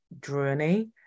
journey